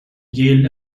yale